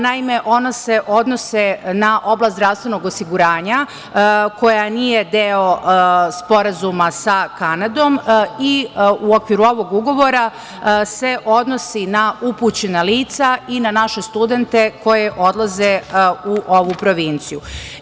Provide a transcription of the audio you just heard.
Naime, ona se odnose na oblast zdravstvenog osiguranja koja nije deo Sporazuma sa Kanadom i u okviru ovog ugovora se odnosi na upućena lica i na naše studente koji odlaze u ovu provinciju.